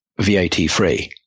VAT-free